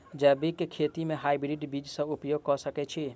जैविक खेती म हायब्रिडस बीज कऽ उपयोग कऽ सकैय छी?